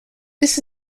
this